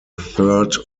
third